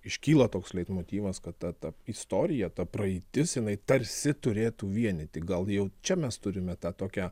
iškyla toks leitmotyvas kad ta ta istorija ta praeitis jinai tarsi turėtų vienyti gal jau čia mes turime tą tokią